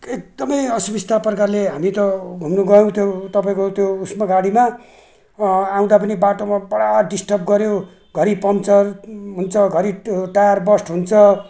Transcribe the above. एकदमै असुविस्ता प्रकारले हामी त घुम्नु गएको थियौँ तपाईँको त्यो उयसमा गाडीमा आउँदा पनि बाटोमा पुरा डिस्टर्ब गर्यो घरि पम्चर हुन्छ घरि टायर बस्ट हुन्छ